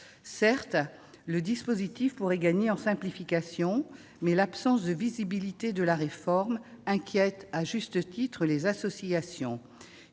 Certes, le dispositif pourrait gagner en simplification, mais l'absence de visibilité de la réforme inquiète à juste titre les associations.